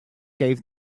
gave